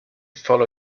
follow